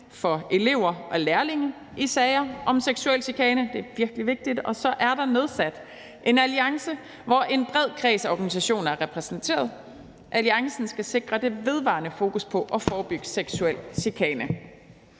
for elever og lærlinge i sager om seksuel chikane – det er virkelig vigtigt – og så der er nedsat en alliance, hvor en bred kreds af organisationer er repræsenteret. Alliancen skal sikre det vedvarende fokus på at forebygge seksuel chikane.